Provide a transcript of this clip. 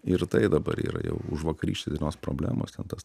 ir tai dabar yra jau užvakarykštės dienos problemos ten tas